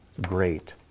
great